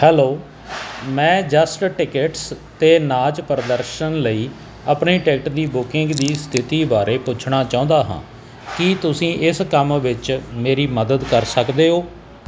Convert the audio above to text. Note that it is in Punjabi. ਹੈਲੋ ਮੈਂ ਜਸਟਿਕਟਸ 'ਤੇ ਨਾਚ ਪ੍ਰਦਰਸ਼ਨ ਲਈ ਆਪਣੀ ਟਿਕਟ ਦੀ ਬੁਕਿੰਗ ਦੀ ਸਥਿਤੀ ਬਾਰੇ ਪੁੱਛਣਾ ਚਾਹੁੰਦਾ ਹਾਂ ਕੀ ਤੁਸੀਂ ਇਸ ਕੰਮ ਵਿਚ ਮੇਰੀ ਮਦਦ ਕਰ ਸਕਦੇ ਹੋ